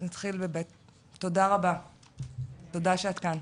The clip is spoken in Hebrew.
תודה שאת כאן.